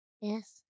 Yes